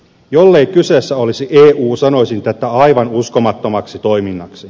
jollei kyseessä olisi eu sanoisin tätä aivan uskomattomaksi toiminnaksi